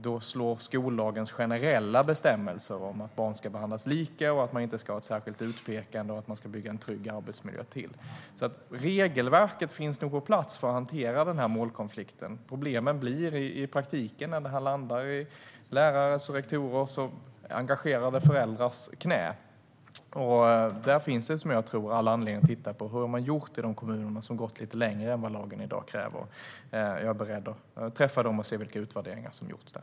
Då slår skollagens generella bestämmelser till, som handlar om att barn ska behandlas lika, att man inte ska ha ett särskilt utpekande och att man ska bygga en trygg arbetsmiljö. Regelverket finns nog på plats för att hantera målkonflikten. Problemen blir i praktiken när detta landar i lärares, rektorers och engagerade föräldrars knä. Jag tror att det finns all anledning att titta på hur man har gjort i de kommuner som gått lite längre än vad lagen i dag kräver. Jag är beredd att träffa dem och se vilka utvärderingar som gjorts där.